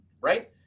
right